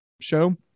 show